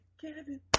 kevin